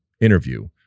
interview